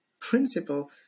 principle